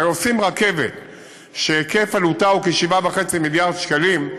הרי עושים רכבת שהיקף עלותה הוא כ-7.5 מיליארד שקלים,